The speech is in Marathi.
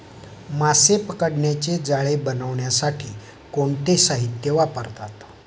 मासे पकडण्याचे जाळे बनवण्यासाठी कोणते साहीत्य वापरतात?